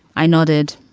i nodded.